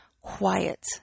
quiet